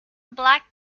black